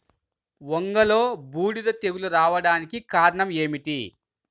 వంగలో బూడిద తెగులు రావడానికి కారణం ఏమిటి?